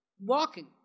walking